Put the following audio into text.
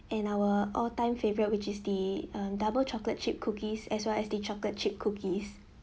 and our all time favourite which is the um double chocolate chip cookies as well as the chocolate chip cookies